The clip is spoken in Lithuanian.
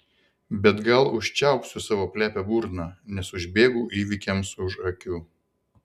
bet gal užčiaupsiu savo plepią burną nes užbėgu įvykiams už akių